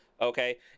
Okay